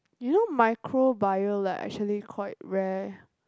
you know microbio like actually quite rare